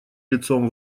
лицом